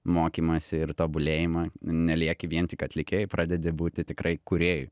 mokymąsi ir tobulėjimą nelieki vien tik atlikėju pradedi būti tikrai kūrėju